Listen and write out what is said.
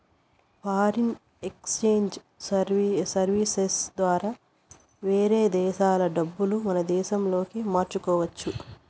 foreign exchange services ద్వారా వేరే దేశాల డబ్బులు మన దేశంలోకి మార్చుకోవచ్చు